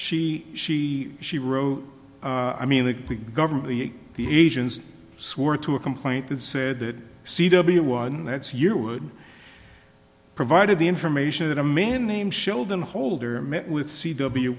she she she wrote i mean the government the asians swore to a complaint that said that c w one that's you would provided the information that a man named sheldon holder met with c